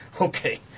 Okay